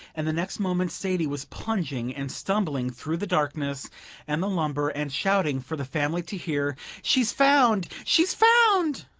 and the next moment sadie was plunging and stumbling through the darkness and the lumber and shouting for the family to hear, she's found, she's found!